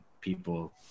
people